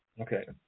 Okay